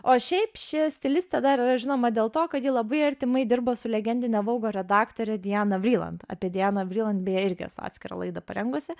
o šiaip ši stilistė dar yra žinoma dėl to kad ji labai artimai dirbo su legendine vougo redaktore diana vriland apie dianą vriland beje irgi esu atskirą laidą parengusi